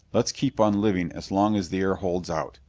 let's keep on living as long as the air holds out.